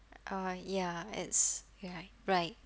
uh ya it's you are right